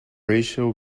ratio